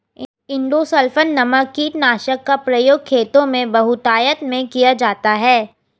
endosulfan नामक कीटनाशक का प्रयोग खेतों में बहुतायत में किया जाता है